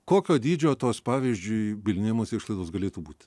kokio dydžio tos pavyzdžiui bylinėjimosi išlaidos galėtų būti